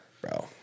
bro